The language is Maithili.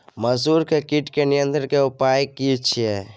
मसूर के कीट के नियंत्रण के उपाय की छिये?